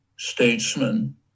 Statesman